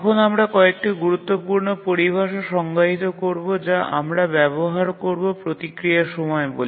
এখন আমরা আরেকটি গুরুত্বপূর্ণ পরিভাষা সংজ্ঞায়িত করবো যা আমরা ব্যবহার করবো প্রতিক্রিয়া সময় বলে